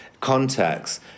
contacts